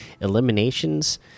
eliminations